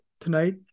tonight